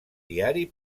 diari